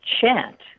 chant